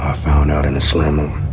ah found out in the slammer.